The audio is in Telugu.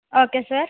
okay sir